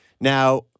Now